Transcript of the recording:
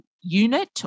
unit